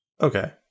Okay